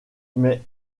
mais